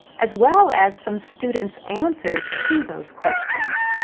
as well as some students' answers to those questions.